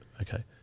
okay